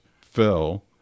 fell